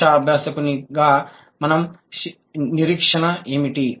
భాషా అభ్యాసకునిగా మన నిరీక్షణ ఏమిటి